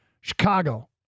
Chicago